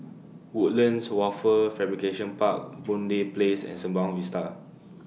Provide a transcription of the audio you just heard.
Woodlands Wafer Fabrication Park Boon Lay Place and Sembawang Vista